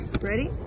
ready